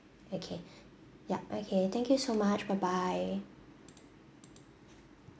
okay yup okay thank you so much bye bye